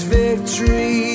victory